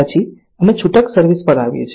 પછી અમે છૂટક સર્વિસ પર આવીએ છીએ